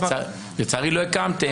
לצערי לא הקמתם.